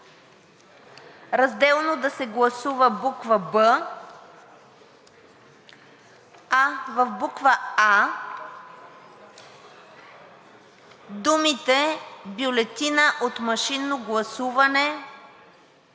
разделно да се гласува буква „б“, а в буква „а“ думите „бюлетина от машинно гласуване“